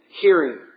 hearing